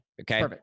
Okay